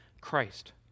Christ